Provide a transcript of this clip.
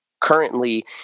currently